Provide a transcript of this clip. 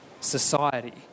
society